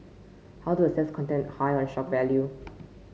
how to assess content high on shock value